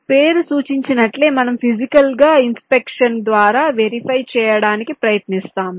పేరు సూచించినట్లే మనము ఫీజికల్ గా ఇన్స్పెక్షన్ ద్వారా వెరిఫై చేయడానికి ప్రయత్నిస్తాము